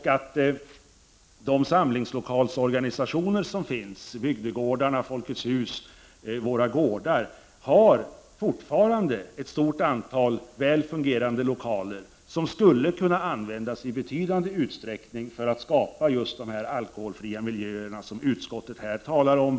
De samlingslokalsorganisationer som finns — Bygdegårdarna, Folkets hus, Våra gårdar — har ett stort antal väl fungerande lokaler som skulle kunna användas i betydande utsträckning för att skapa just de alkoholfria miljöer som utskottet här talar om.